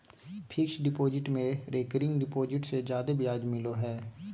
fixed deposit में recurring deposit से जादे ब्याज मिलो हय